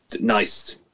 nice